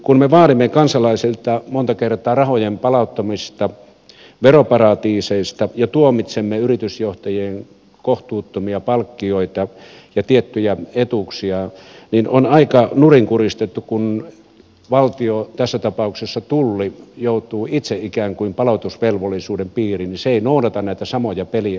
kun me vaadimme kansalaisilta monta kertaa rahojen palauttamista veroparatiiseista ja tuomitsemme yritysjohtajien kohtuuttomia palkkioita ja tiettyjä etuuksia niin on aika nurinkurista että kun valtio tässä tapauksessa tulli joutuu itse ikään kuin palautusvelvollisuuden piiriin niin se ei noudata näitä samoja pelisääntöjä